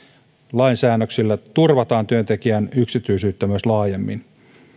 lainsäännöksillä turvataan työntekijän yksityisyyttä myös laajemmin